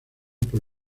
por